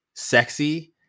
sexy